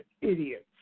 idiots